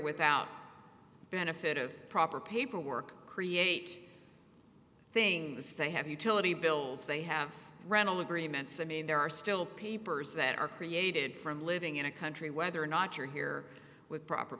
without benefit of proper paperwork create things have utility bills they have rental agreements i mean there are still papers that are created from living in a country whether or not you're here with proper